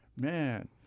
man